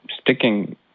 sticking